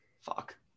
Fuck